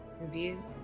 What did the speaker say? review